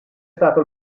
stato